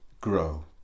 grow